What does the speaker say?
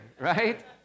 Right